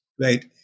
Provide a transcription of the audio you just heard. right